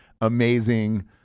amazing